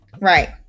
Right